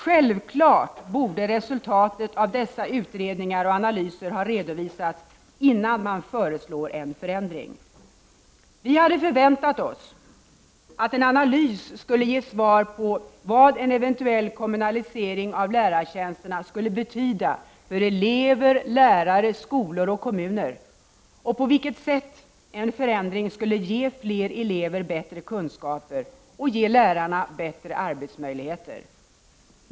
Självklart borde resultatet av dessa utredningar och analyser ha redovisats, innan man föreslår en förändring. Vi hade förväntat oss att en analys skulle ge svar på vad en eventuell kommunalisering av lärartjänsterna skulle betyda för elever, lärare, skolor och kommuner och på vilket sätt en förändring skulle ge fler elever bättre kunskaper och ge lärarna bättre arbetsmöjligheter.